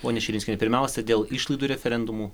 ponia širinskiene pirmiausia dėl išlaidų referendumų